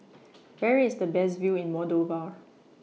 Where IS The Best View in Moldova